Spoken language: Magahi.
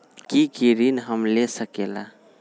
की की ऋण हम ले सकेला?